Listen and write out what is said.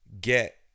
get